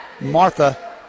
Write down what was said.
Martha